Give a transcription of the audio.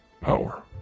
power